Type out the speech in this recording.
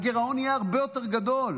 הגירעון יהיה הרבה יותר גדול.